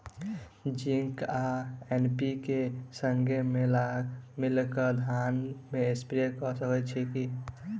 Zinc आ NPK, संगे मिलल कऽ धान मे स्प्रे कऽ सकैत छी की?